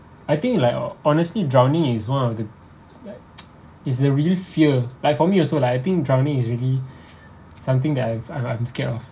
I think like o~ honestly drowning is one of the like is the real fear like for me also like I think drowning is really something that I've I'm I'm scared of